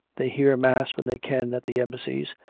they hear mass when they can at the embassies.